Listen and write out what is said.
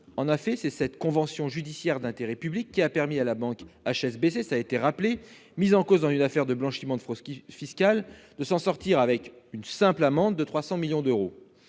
En effet, c'est bien une convention judiciaire d'intérêt public qui a permis à la banque HSBC, mise en cause dans une affaire de blanchiment de fraude fiscale, de s'en sortir avec une simple amende de 300 millions d'euros.